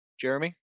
Jeremy